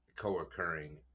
co-occurring